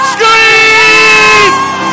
Scream